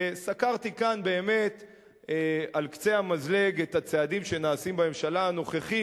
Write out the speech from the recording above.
סקרתי כאן באמת על קצה המזלג את הצעדים שנעשים בממשלה הנוכחית.